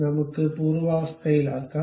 നമുക്ക് പൂർവാവസ്ഥയിലാക്കാം